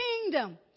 kingdom